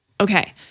Okay